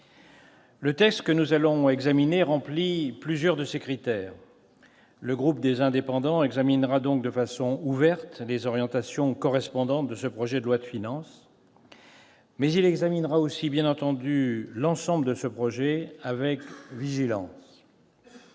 Le texte que nous allons examiner satisfait plusieurs de ces critères. Le groupe des Indépendants examinera donc de façon ouverte les orientations correspondantes de ce projet de loi de finances, mais il examinera aussi, bien entendu, l'ensemble de ce projet avec vigilance.